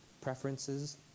preferences